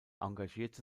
engagierte